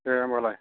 दे होनब्लालाय